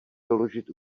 doložit